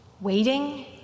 waiting